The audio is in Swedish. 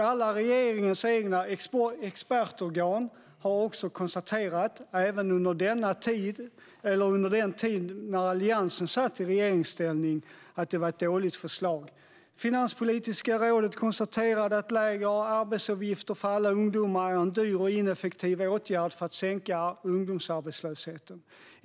Alla regeringens egna expertorgan har också, även under den tid Alliansen satt i regeringsställning, konstaterat att det var ett dåligt förslag. Finanspolitiska rådet konstaterade att lägre arbetsgivaravgifter för alla ungdomar är en dyr och ineffektiv åtgärd för att sänka ungdomsarbetslösheten.